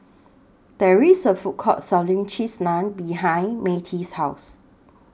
There IS A Food Court Selling Cheese Naan behind Myrtie's House